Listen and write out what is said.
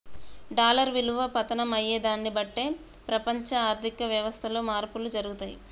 dollar విలువ పతనం అయ్యేదాన్ని బట్టే ప్రపంచ ఆర్ధిక వ్యవస్థలో మార్పులు జరుగుతయి